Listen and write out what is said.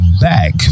back